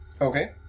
Okay